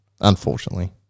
unfortunately